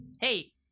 Hey